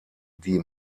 die